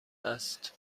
است